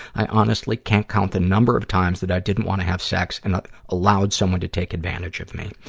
i honestly can't count the number of times that i didn't wanna have sex and allowed someone to take advantage of me.